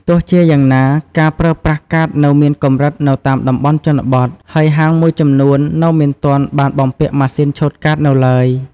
ទោះជាយ៉ាងណា ការប្រើប្រាស់កាតនៅមានកម្រិតនៅតាមតំបន់ជនបទ ហើយហាងមួយចំនួននៅមិនទាន់បានបំពាក់ម៉ាស៊ីនឆូតកាតនៅឡើយ។